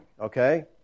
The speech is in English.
okay